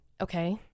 Okay